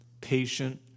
patient